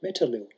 metalil